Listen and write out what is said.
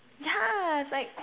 yeah it's like